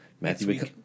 Matthew